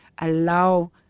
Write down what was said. allow